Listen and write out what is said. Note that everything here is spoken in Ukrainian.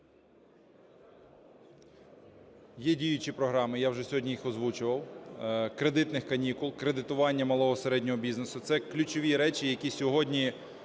Є діючі програми, я вже сьогодні їх озвучував, кредитних канікул, кредитування малого і середнього бізнесу. Це ключові речі, які сьогодні